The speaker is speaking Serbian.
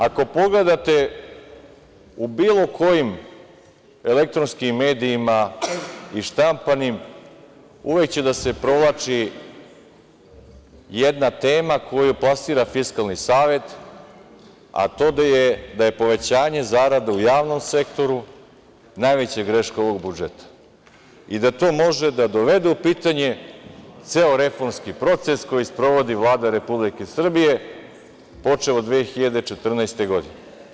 Ako pogledate u bilo kojim elektronskim medijima i štampanim, uvek će da se provlači jedna tema koju plasira Fiskalni savet, a to je da je povećanje zarada u javnom sektoru najveća greška ovog budžeta i da to može da dovede u pitanje ceo reformski proces koji sprovodi Vlada Republike Srbije, počev od 2014. godine.